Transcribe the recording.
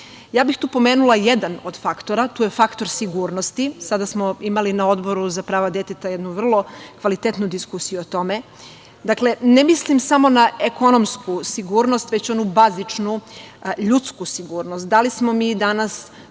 bih tu jedan od faktora, tu je faktor sigurnosti. Sada smo imali na Odboru za prava deteta jednu vrlo kvalitetnu diskusiju o tome. Dakle, ne mislim samo o tome na ekonomsku sigurnost, već onu bazičnu, ljudsku sigurnost. Da li smo mi danas